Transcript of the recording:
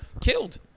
killed